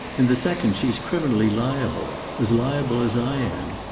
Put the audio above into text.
in the second, she's criminally liable. as liable as i am.